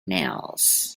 nails